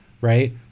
Right